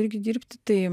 irgi dirbti tai